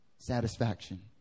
satisfaction